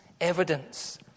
evidence